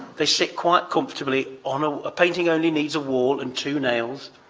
they sit quite comfortably on a a painting only needs a wall and two nails.